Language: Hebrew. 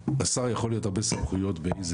לשר יכול להיות הרבה סמכויות בין אם זה